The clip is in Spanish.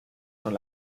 son